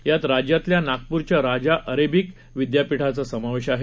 यात राज्यातल्या नागपूरच्या राजा अरेबिक विद्यापीठाचा समावेश आहे